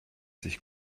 sich